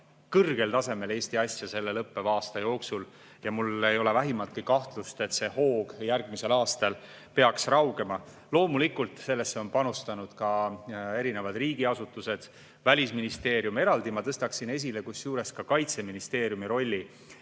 kõrgel tasemel Eesti asja selle lõppeva aasta jooksul. Ja mul ei ole vähimatki kahtlust, et see hoog järgmisel aastal peaks raugema. Loomulikult sellesse on panustanud ka riigiasutused, Välisministeerium, kusjuures eraldi ma tõstaksin esile Kaitseministeeriumi rolli,